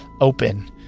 open